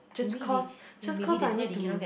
just cause just cause I need to